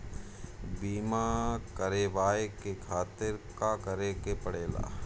बीमा करेवाए के खातिर का करे के पड़ेला?